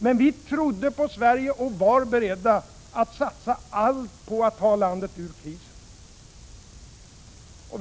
Men vi trodde på Sverige och var beredda att satsa allt på att ta landet ur krisen.